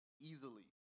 Easily